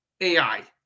AI